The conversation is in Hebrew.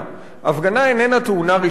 הפגנה איננה טעונה רשיון,